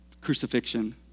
Crucifixion